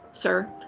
sir